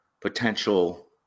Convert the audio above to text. potential